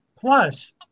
Plus